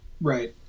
Right